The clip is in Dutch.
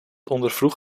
ondervroeg